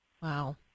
Wow